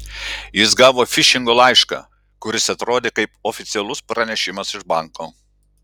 jis gavo fišingo laišką kuris atrodė kaip oficialus pranešimas iš banko